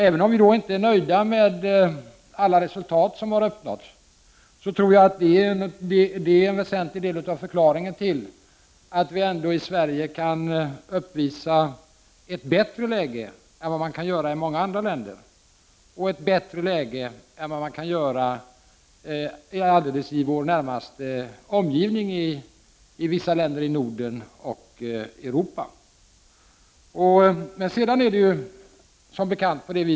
Även om vi inte är nöjda med alla resultat som har uppnåtts, tror jag att detta resultat är en väsentlig del av förklaringen till att vi i Sverige ändå kan uppvisa ett bättre läge än vad man kan göra i många andra länder, bl.a. alldeles i vår närmaste omgivning i vissa länder i Norden och i övriga Europa.